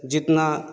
जितना